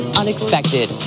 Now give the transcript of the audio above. unexpected